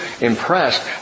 impressed